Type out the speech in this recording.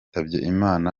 imana